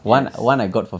yes